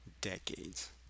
decades